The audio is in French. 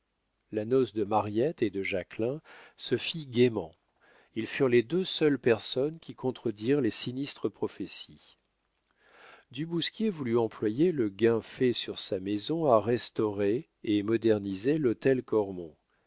la noce de mariette et de jacquelin se fit gaiement ils furent les deux seules personnes qui contredirent les sinistres prophéties du bousquier voulut employer le gain fait sur sa maison à restaurer et moderniser l'hôtel